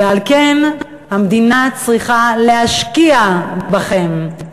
ועל כן, המדינה צריכה להשקיע בכם.